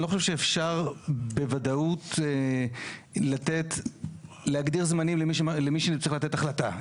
אני לא חושב שאפשר בוודאות להגדיר זמנים למי שצריך לתת החלטה.